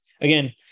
Again